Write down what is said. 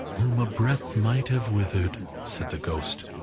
whom a breath might have withered, said the ghost.